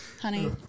Honey